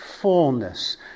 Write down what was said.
fullness